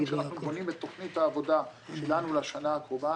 כשאנחנו בונים את תכנית העבודה שלנו לשנה הקרובה,